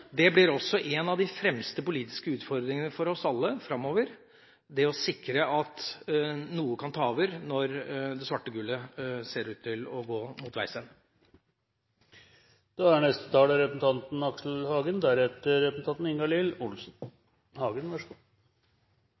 Det blir også en av de fremste politiske utfordringene for oss alle framover, det å sikre at noe kan ta over når det svarte gullet ser ut til å gå mot veis ende. Å diskutere framtid er